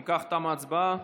אם כך, תמה ההצבעה.